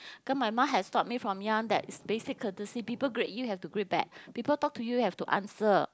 cause my mum has taught me from young that basic courtesy people greet you have to greet back people talk to you have to answer